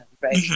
right